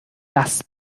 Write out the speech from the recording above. das